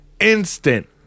instant